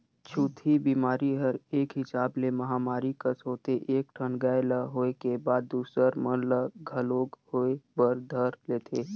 छूतही बेमारी हर एक हिसाब ले महामारी कस होथे एक ठन गाय ल होय के बाद दूसर मन ल घलोक होय बर धर लेथे